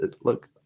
look